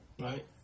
Right